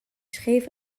scheef